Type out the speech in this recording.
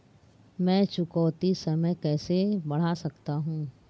मैं चुकौती समय कैसे बढ़ा सकता हूं?